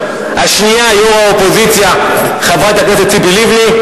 השנייה היא יושבת-ראש האופוזיציה חברת הכנסת ציפי לבני,